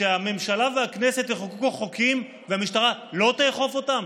שהממשלה והכנסת יחוקקו חוקים והמשטרה לא תאכוף אותם?